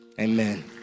Amen